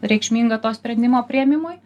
reikšmingą to sprendimo priėmimui